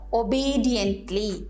obediently